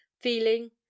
feeling